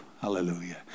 hallelujah